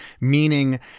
Meaning